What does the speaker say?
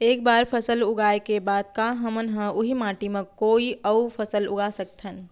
एक बार फसल उगाए के बाद का हमन ह, उही माटी मा कोई अऊ फसल उगा सकथन?